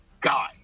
guy